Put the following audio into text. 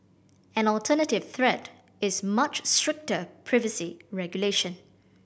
an alternative threat is much stricter privacy regulation